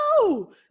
no